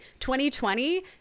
2020